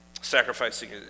sacrificing